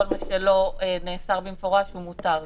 כל מה שלא נאסר במפורש הוא מותר.